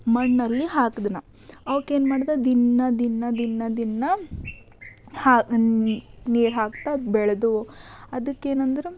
ಮಣ್ಣಲ್ಲಿ ಹಾಕ್ದೆ ನಾ ಅವ್ಕೆ ಏನು ಮಾಡ್ದೆ ದಿನ ದಿನ ದಿನ ದಿನ ಹಾ ನೀರು ಹಾಕ್ತಾ ಬೆಳೆದ್ವು ಅದಕ್ಕೇನಂದ್ರೆ